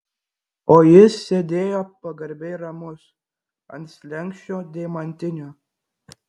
o jis sėdėjo pagarbiai ramus ant slenksčio deimantinio